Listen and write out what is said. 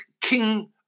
king